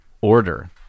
order